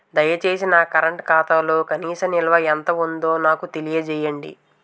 దయచేసి నా కరెంట్ ఖాతాలో కనీస నిల్వ ఎంత ఉందో నాకు తెలియజేయండి